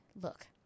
Look